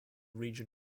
region